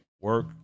work